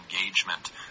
engagement